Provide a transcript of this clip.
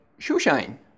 shoeshine